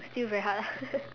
still very hard lah